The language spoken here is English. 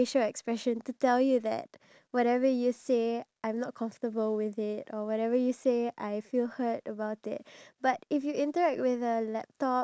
ya other than that you you know if you were to interact with people face to face then you would know the true nature of people's